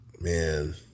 Man